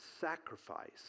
sacrifice